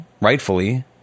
rightfully